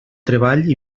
treball